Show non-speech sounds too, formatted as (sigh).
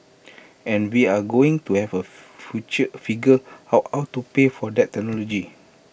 and we're going to have A (unintelligible) figure out how to pay for that technology